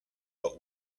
but